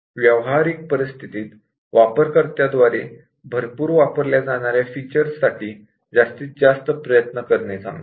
व्यावहारिक परिस्थितीत यूजर्स द्वारे भरपूर वापरल्या जाणार्या फीचर्स साठी जास्तीत जास्त प्रयत्न करणे चांगले